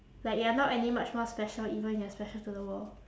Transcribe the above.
like you're not any much more special even you're special to the world